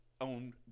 owned